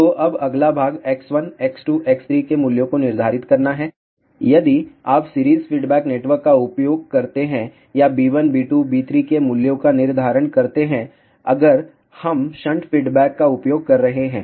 तो अब अगला भाग X1 X2 X3 के मूल्यों को निर्धारित करना है यदि आप सीरीज फीडबैक नेटवर्क का उपयोग करते हैं या B1 B2 B3 के मूल्यों का निर्धारण करते हैं अगर हम शंट फीडबैक का उपयोग कर रहे हैं